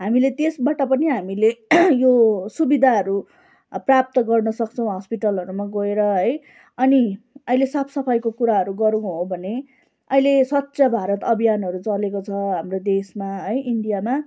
हामीले त्यसबाट पनि हामीले यो सुविधाहरू प्राप्त गर्न सक्छौँ हस्पिटलहरूमा गएर है अनि अहिले साफ सफाइको कुराहरू गर्नु हो भने अहिले स्वच्छ भारत अभियानहरू चलेको छ हाम्रो देशमा है इन्डियामा